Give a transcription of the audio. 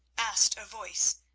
asked a voice,